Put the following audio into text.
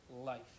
life